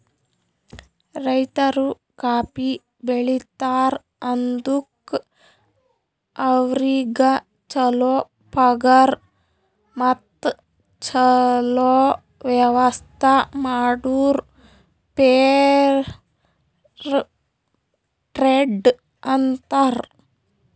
ರೈತರು ಕಾಫಿ ಬೆಳಿತಾರ್ ಅದುಕ್ ಅವ್ರಿಗ ಛಲೋ ಪಗಾರ್ ಮತ್ತ ಛಲೋ ವ್ಯವಸ್ಥ ಮಾಡುರ್ ಫೇರ್ ಟ್ರೇಡ್ ಅಂತಾರ್